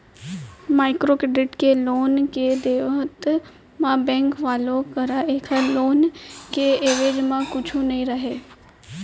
micro credit के loan के देवत म बेंक वाले करा ऐखर लोन के एवेज म कुछु नइ रहय